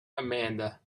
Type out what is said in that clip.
amanda